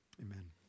Amen